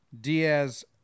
Diaz